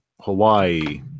Hawaii